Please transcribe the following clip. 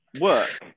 work